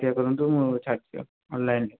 ଅପେକ୍ଷା କରନ୍ତୁ ମୁଁ ଛାଡ଼ିଦେବି ଅନଲାଇନ୍ରେ